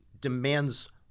demands